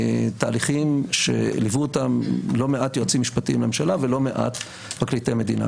תהליכים שליוו אותם לא מעט יועצים משפטיים לממשלה ולא מעט פרקליטי מדינה.